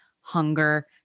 hunger